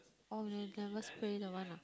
oh you never spray that one ah